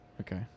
Okay